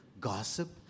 gossip